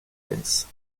dance